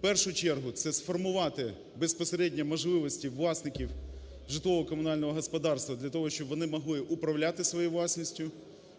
першу чергу це сформувати безпосередньо можливості власників житлово-комунального господарства для того, щоб вони могли управляти своєю власністю,